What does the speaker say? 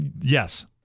Yes